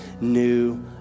new